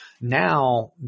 Now